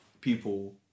People